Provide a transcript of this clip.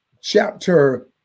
chapter